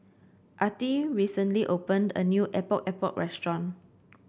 Attie recently opened a new Epok Epok restaurant